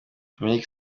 dominique